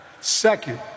Second